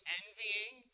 envying